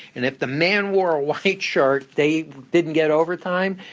and if the man wore a white shirt, they didn't get overtime.